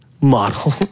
model